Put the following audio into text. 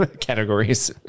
categories